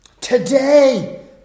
Today